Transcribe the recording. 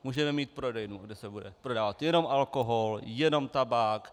Můžeme mít prodejnu, kde se bude prodávat jenom alkohol, jenom tabák.